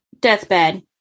Deathbed